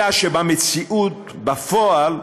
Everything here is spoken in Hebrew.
אלא שבמציאות, בפועל,